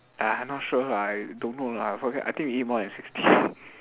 ah I not sure I don't know lah forget I think we eat more than sixty